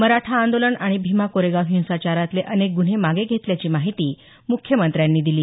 मराठा आंदोलन आणि भिमा कोरेगाव हिंसाचारातले अनेक गुन्हे मागे घेतल्याची माहिती मुख्यमंत्र्यांनी दिली